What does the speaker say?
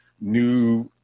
new